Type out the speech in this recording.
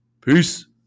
Peace